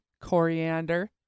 coriander